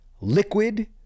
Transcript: Liquid